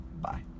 Bye